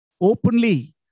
openly